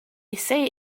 say